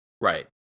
Right